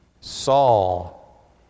Saul